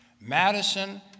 Madison